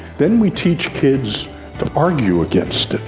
then we teach kids to argue against it.